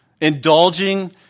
indulging